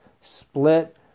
split